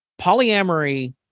Polyamory